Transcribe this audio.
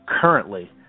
currently